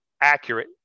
accurate